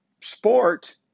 sport